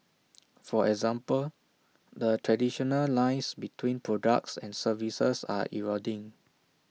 for example the traditional lines between products and services are eroding